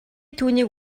түүнийг